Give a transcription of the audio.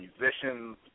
musicians